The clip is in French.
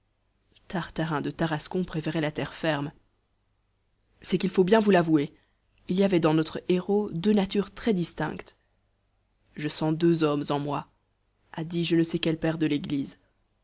tartarin de tarascon préférait la terre ferme c'est qu'il faut bien vous l'avouer il y avait dans notre héros deux natures très distinctes je sens deux hommes en moi a dit je ne sais quel père de l'église